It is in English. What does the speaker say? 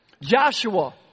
Joshua